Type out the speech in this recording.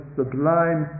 sublime